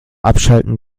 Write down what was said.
abschalten